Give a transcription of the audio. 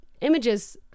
images